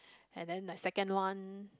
and then the second one